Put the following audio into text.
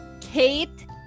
Kate